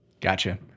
Gotcha